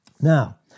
Now